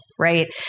Right